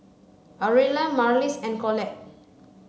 Aurilla Marlys and Colette